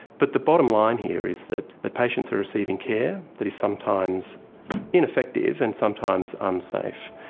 but the bottom line here is that the patients are receiving care that is sometimes ineffective and sometimes unsafe,